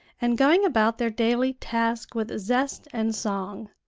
and going about their daily task with zest and song.